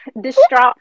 distraught